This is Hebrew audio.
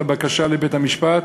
את הבקשה לבית-המשפט,